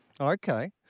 Okay